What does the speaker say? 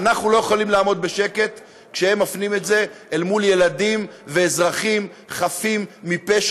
אנחנו לא יכולים לעמוד בשקט כשהם מפנים את זה לילדים ואזרחים חפים מפשע,